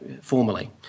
formally